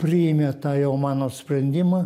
priėmė tą jau mano sprendimą